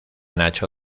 nacho